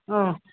ওহ